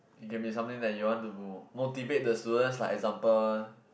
can be something that you want to motivate the students like example